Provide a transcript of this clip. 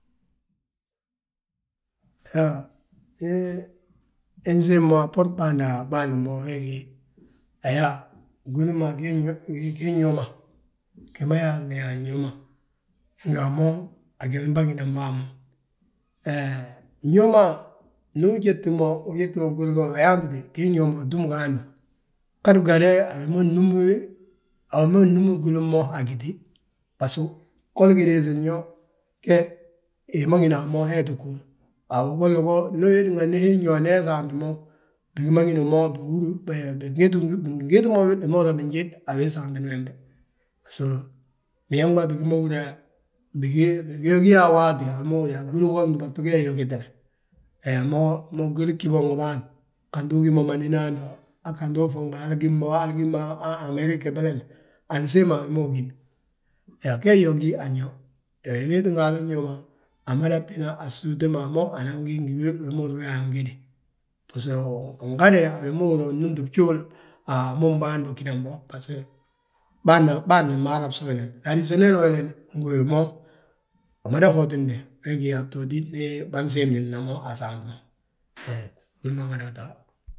Iyoo, ndi insiim mo a bboorin ɓaandi ma aɓaandim bo, wee gí ayaa gwili ma giin yo ma, gima yaalni an yo ma, ngi a mo, a gini bâginan bo a mo. Hee, nyo ma ndu ujéti mo gwili golo, uyaantiti giin yo, utúm ga hando, gadi gade a wi ma nnúmi gwilim mo a gíti. Baso, goli gi diisin yo, ge, hi ma gína a mo hee tti ghúr. Waabo golla go ndi wéetinga ndi hiin yo, ndi he saanti mo, bingíma gédi mo, bingiti mo wil, hi ma húrin yaa bijédi a wili saanti wembe. Basgo biñaŋ ma bigi ma húrin yaa, bige gí yo a waati a wima a gilli go gdúba tu gee yyo gitile. He mo gwili gí bo ngi mo, gantu ugí mo mandina hando, hangatu, ufuuŋti hali gim bo hali gim bo, han Amerig gebelen, ansiimi a wi a ugíni, ansiimi a wima ugíni, yaa gee yyo gí an yo. He weetínga halin yo amada bina, a mo anan gíni wil wi ma húri wee wa angédi. Biso win gade, a wi ma húri yaa win númti bjóol a mo bâan bâginan bo, baso bâna, bâna maara bso, waa ngedi ngi wii mo, wi mada hotinde. Wee gí yaa a btooti, ndi bânsiimdidina mo a saant, gwili mada taa.